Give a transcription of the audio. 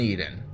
Eden